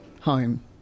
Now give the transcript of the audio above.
home